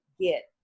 get